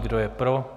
Kdo je pro?